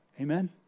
Amen